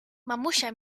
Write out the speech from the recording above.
mamusia